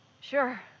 Sure